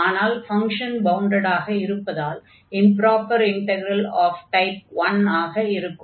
ஆனால் ஃபங்ஷன் பவுண்டடாக இருப்பதால் இம்ப்ராப்பர் இன்டக்ரல் ஆஃப் டைப் 1 ஆக இருக்கும்